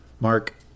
Mark